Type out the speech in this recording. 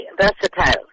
versatile